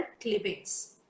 clippings